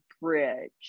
bridge